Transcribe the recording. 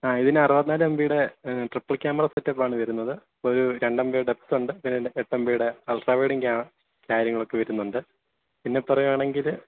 ആ ഇതിന് അറുപത്തിനാല് എം ബീടെ ട്രിപ്പിൾ ക്യാമറ സെറ്റപ്പാണ് വരുന്നത് ഒരു രണ്ട് എം ബീടെ ഡെപ്തുണ്ട് പിന്നെ ഒരു എട്ട് എം ബീടെ അൾട്രാ വൈഡും കാര്യങ്ങളൊക്കെ വരുന്നുണ്ട് പിന്നെപ്പറയുവാണെങ്കിൽ